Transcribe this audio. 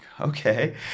okay